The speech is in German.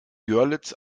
görlitz